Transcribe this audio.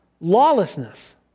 lawlessness